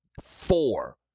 Four